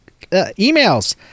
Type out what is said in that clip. emails